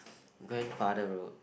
grandfather road